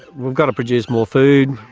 we've got to produce more food.